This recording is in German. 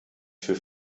für